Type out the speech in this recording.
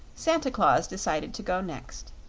santa claus decided to go next.